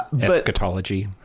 eschatology